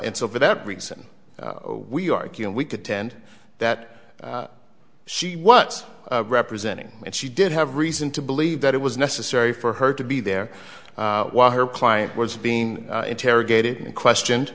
and so for that reason we argue and we could tend that she was representing and she did have reason to believe that it was necessary for her to be there while her client was being interrogated and questioned